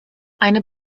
eine